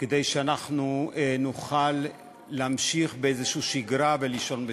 כימים כדי שאנחנו נוכל להמשיך באיזו שגרה ולישון בשקט,